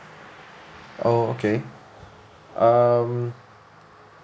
oh okay um